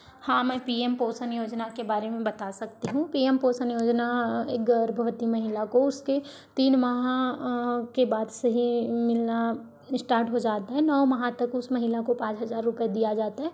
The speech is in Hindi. हाँ मैं पी एम पोषण योजना के बारे में बता सकती हूँ पी एम पोषण योजना एक गर्भवती महिला को उसके तीन माह के बाद से ही मिलना स्टार्ट हो जाता है नौ माह तक उस महिला को पाँच हज़ार रूपये दिया जाता है